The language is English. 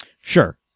Sure